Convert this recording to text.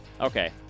Okay